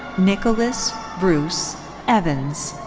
nicholas bruce evans.